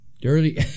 Dirty